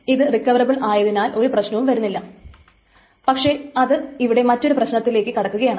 ഇത് റിക്കവറബിൾ ആയതിനാൽ ഒരു പ്രശ്നവും വരുന്നില്ല പക്ഷേ അത് ഇവിടെ മറ്റൊരു പ്രശ്നത്തിലേക്ക് കടക്കുകയാണ്